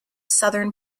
southern